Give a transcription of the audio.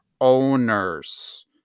owners